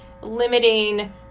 limiting